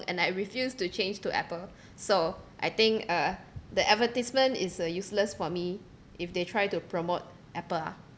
and I refuse to change to Apple so I think uh the advertisement is a useless for me if they try to promote Apple ah